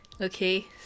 okay